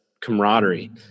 camaraderie